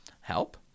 Help